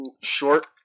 short